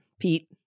Pete